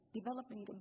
developing